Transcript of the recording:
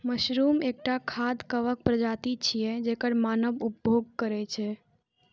mushroom एकटा खाद्य कवक प्रजाति छियै, जेकर मानव उपभोग करै छै